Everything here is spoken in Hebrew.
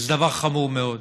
זה דבר חמור מאוד.